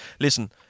listen